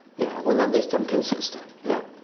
yeah, well at least i'm consistent. look,